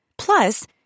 Plus